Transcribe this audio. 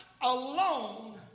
alone